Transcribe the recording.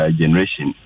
generation